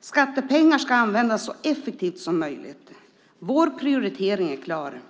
Skattepengar ska användas så effektivt som möjligt. Vår prioritering är klar.